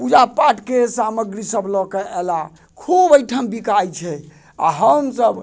पूजा पाठके सामग्री सभ लऽके अयला खूब एहिठाम बिकाइ छै आ हम सभ